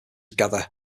gather